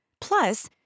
Plus